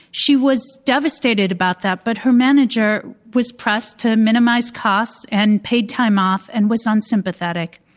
she was devastated about that but her manager was pressed to minimize costs and paid time off and was unsympathetic.